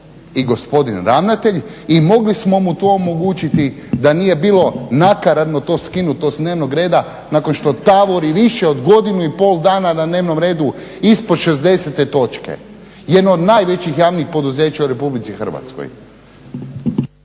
i gospodin ravnatelj i mogli smo mu to omogućiti da nije bilo nakaradno to skinuto s dnevnog reda nakon što tavori više od godinu i pol dana na dnevnom redu ispod šezdesete točke, jedno od najvećih javnih poduzeća u Republici Hrvatskoj.